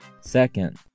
Second